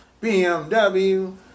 BMW